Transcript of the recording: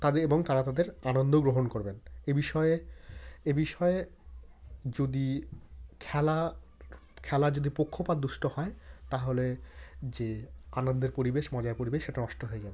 তাদের এবং তারা তাদের আনন্দ গ্রহণ করবেন এ বিষয়ে এ বিষয়ে যদি খেলা খেলা যদি পক্ষপাতদুষ্ট হয় তাহলে যে আনন্দের পরিবেশ মজার পরিবেশ সেটা নষ্ট হয়ে যাবে